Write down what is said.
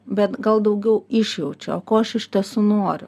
bet gal daugiau išjaučio ko aš iš tiesų noriu